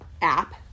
app